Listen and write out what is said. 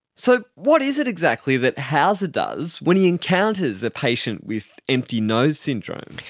so what is it exactly that houser does when he encounters a patient with empty nose syndrome?